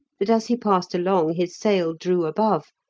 that as he passed along his sail drew above,